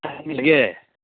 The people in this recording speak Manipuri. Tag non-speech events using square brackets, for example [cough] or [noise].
[unintelligible]